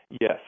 Yes